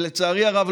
ולצערי הרב,